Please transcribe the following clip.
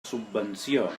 subvenció